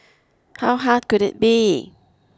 how hard could it be